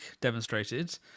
demonstrated